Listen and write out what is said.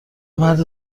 مرد